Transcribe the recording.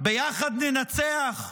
ביחד ננצח?